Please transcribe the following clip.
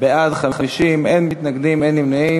בעד 50, אין מתנגדים ואין נמנעים.